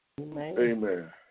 Amen